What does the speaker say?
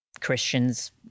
Christians